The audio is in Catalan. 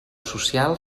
social